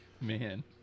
Man